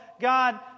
God